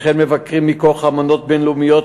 וכן מבקרים מכוח אמנות בין-לאומיות,